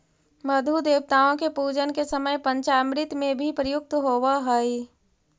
मधु देवताओं के पूजन के समय पंचामृत में भी प्रयुक्त होवअ हई